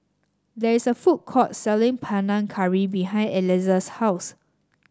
there is a food court selling Panang Curry behind Elissa's house